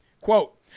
Quote